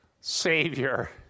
savior